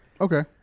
Okay